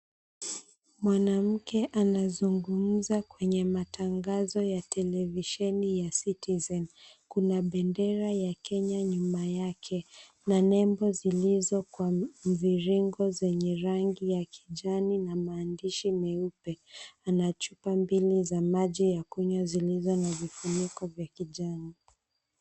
Mwanamke anazungumza kwenye matangazo ya televisheni ya Citizen. Kuna bendera ya Kenya nyuma yake na nembo zilizo kwa mviringo zenye rangi ya kijani na maandishi meupe, 𝑎na chupa mbili za maji ya kunywa zilizo na vifuniko vya kijani.